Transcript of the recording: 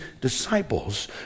disciples